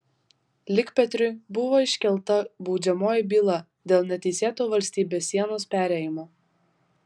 likpetriui buvo iškelta baudžiamoji byla dėl neteisėto valstybės sienos perėjimo